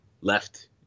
left